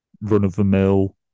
run-of-the-mill